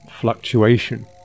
fluctuation